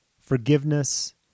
forgiveness